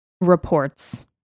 reports